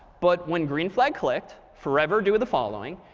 but when green flag clicked, forever doing the following.